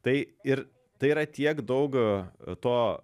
tai ir tai yra tiek daug to